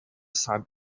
sun